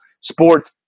sports